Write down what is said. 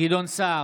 גדעון סער,